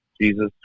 Jesus